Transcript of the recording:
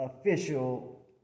official